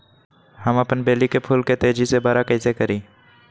हम अपन बेली फुल के तेज़ी से बरा कईसे करी?